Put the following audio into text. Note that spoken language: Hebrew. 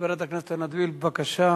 חברת הכנסת עינת וילף, בבקשה.